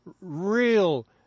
real